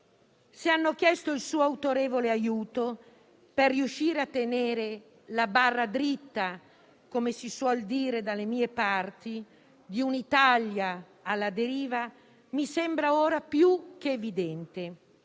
se hanno chiesto il suo autorevole aiuto per riuscire a tenere la barra dritta - come si suol dire dalle mie parti - di un'Italia alla deriva, mi sembra ora più che evidente.